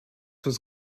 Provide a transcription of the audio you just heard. was